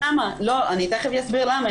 אני תיכף אסביר למה,